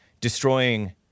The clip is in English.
destroying